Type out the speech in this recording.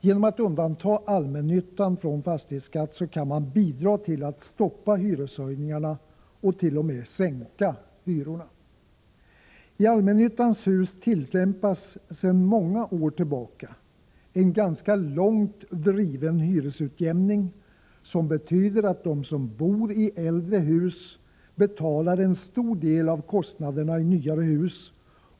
Genom att undanta allmännyttan från fastighetsskatt kan man bidra till att stoppa hyreshöjningarna och t.o.m. sänka hyrorna. I allmännyttans hus tillämpas sedan många år tillbaka en ganska långt driven hyresutjämning, som betyder att de som bor i äldre hus betalar en stor del av kostnaderna i nyare hus.